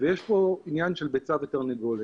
יש פה עניין של ביצה ותרנגולת,